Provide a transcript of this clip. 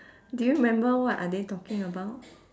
do you remember what are they talking about